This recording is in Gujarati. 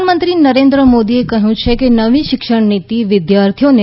પ્રધાનમંત્રી નરેન્દ્ર મોદીએ કહ્યું છે કે નવી શિક્ષણ નીતી વિદ્યાર્થીઓને